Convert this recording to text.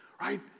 right